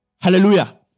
Hallelujah